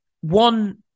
one